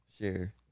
Sure